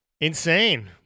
insane